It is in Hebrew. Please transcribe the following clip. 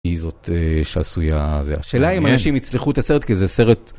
היא זאת שעשויה. זה השאלה אם אנשים יצלחו את הסרט, כי זה סרט